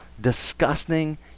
disgusting